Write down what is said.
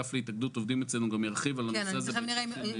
מאגף להתאגדות עובדים אצלנו גם ירחיב על הנושא --- אם נסיים,